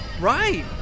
Right